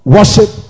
Worship